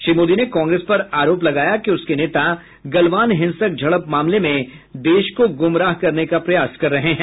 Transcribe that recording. श्री मोदी ने कांग्रेस पर आरोप लगाया कि उसके नेता गलवान हिंसक झड़प मामले में देश को गुमराह करने का प्रयास कर रहे हैं